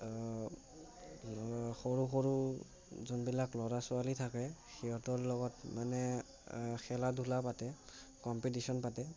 সৰু সৰু যোনবিলাক ল'ৰা ছোৱালী থাকে সিহঁতৰ লগত মানে খেলা ধূলা পাতে কম্পিটিশ্যন পাতে